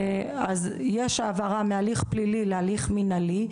יש העברה מהליך פלילי להליך מינהלי,